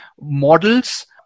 models